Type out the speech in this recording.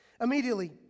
Immediately